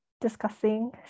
discussing